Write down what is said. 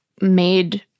made